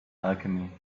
alchemy